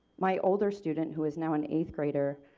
my older student who is now an eighth grader,